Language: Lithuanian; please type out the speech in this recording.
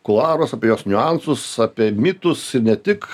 kularus apie jos niuansus apie mitus ir ne tik